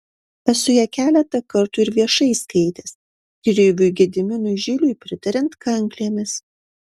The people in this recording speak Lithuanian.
esu ją keletą kartų ir viešai skaitęs kriviui gediminui žiliui pritariant kanklėmis